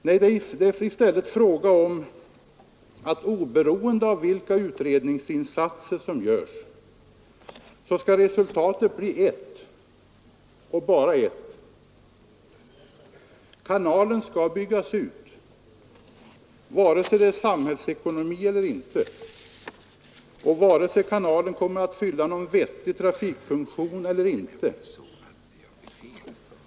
Nej, det är i stället fråga om att oberoende av vilka utredningsinsatser som görs, så skall resultatet bli ett och endast ett. Kanalen skall byggas ut, vare sig det är samhällsekonomi eller inte och vare sig kanalen kommer att fylla någon vettig trafikfunktion eller inte.